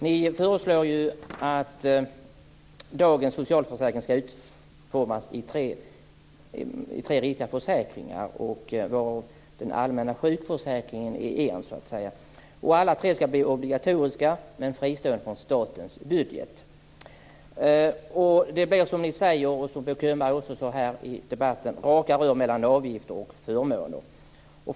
Ni föreslår ju att dagens socialförsäkringar ska utformas i tre riktiga försäkringar, varav den allmänna sjukförsäkringen är en. Alla tre ska bli obligatoriska men fristående från statens budget. Det blir som ni säger, och som Bo Könberg också sade här i debatten, raka rör mellan avgifter och förmåner.